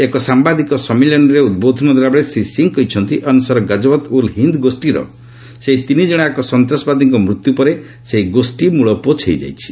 ଏକ ସାମ୍ବାଦିକ ସମ୍ମିଳନୀରେ ଉଦ୍ବୋଧନ ଦେଲାବେଳେ ଶ୍ରୀ ସିଂହ କହିଛନ୍ତି ଅନସର ଗଜୱତ୍ ଉଲ୍ ହିନ୍ଦ୍ ଗୋଷ୍ଠୀର ସେହି ତିନି ଜଣଯାକ ସନ୍ତାସବାଦୀଙ୍କ ମୃତ୍ୟୁ ପରେ ସେହି ଗୋଷୀ ମଳପୋଛ ହୋଇଯାଇଛି